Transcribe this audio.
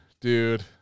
dude